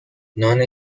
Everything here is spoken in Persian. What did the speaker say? نان